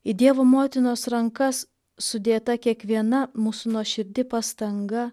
į dievo motinos rankas sudėta kiekviena mūsų nuoširdi pastanga